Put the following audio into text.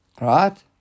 Right